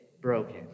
broken